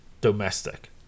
domestic